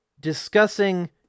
discussing